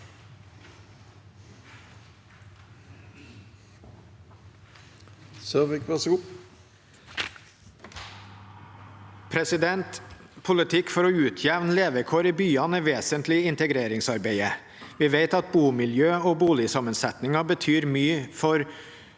Politikk for å utjevne le- vekår i byene er vesentlig i integreringsarbeidet. Vi vet at bomiljø og boligsammensetting betyr mye for